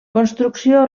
construcció